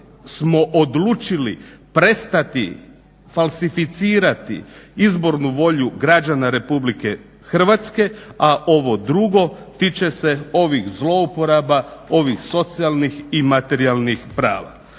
smo odlučili prestati falsificirati izbornu volju građana RH, a ovo drugo tiče se ovih zlouporaba ovih socijalnih i materijalnih prava.